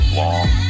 long